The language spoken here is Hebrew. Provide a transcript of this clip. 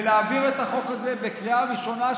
ולהעביר את החוק הזה בקריאה ראשונה,